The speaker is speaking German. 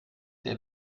der